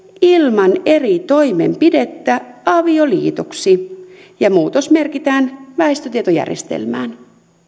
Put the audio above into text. ilman eri toimenpidettä avioliitoksi ja muutos merkitään väestötietojärjestelmään